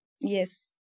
Yes